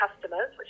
customers